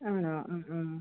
ആണോ ആ ആ